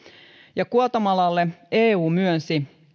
ja guatemalalle eu myönsi